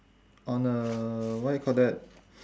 on a what we call that